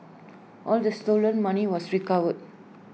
all the stolen money was recovered